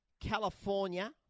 California